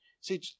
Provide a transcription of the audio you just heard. see